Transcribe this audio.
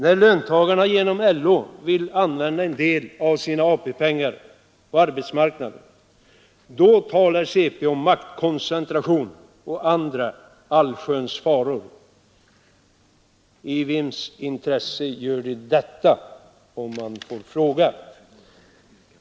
När löntagarna genom LO t.ex. vill använda en del av sina AP-pengar på aktiemarknaden talar centerpartisterna om maktkoncentration och andra faror. I vems intresse gör de detta, om man får fråga?